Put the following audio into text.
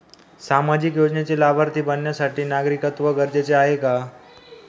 सामाजिक योजनेचे लाभार्थी बनण्यासाठी नागरिकत्व गरजेचे आहे का?